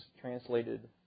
translated